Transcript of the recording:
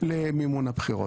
למימון הבחירות.